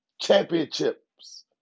championships